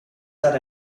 set